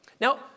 Now